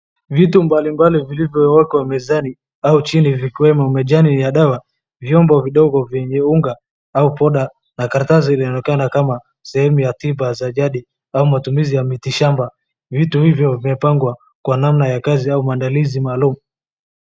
Vitu mbalimbali vilivyowekwa mezani au chini vikiwemo majani ya dawa, vyombo vidogo vyenye unga au powder na karatasi. Inaonekana kama sehemu ya tiba za jadi au matumizi ya miti shamba. Vitu hivyo vimepangwa kwa namna ya kazi au maandalizi maalum.